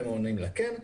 והם עונים לה, כן.